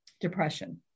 depression